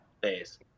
base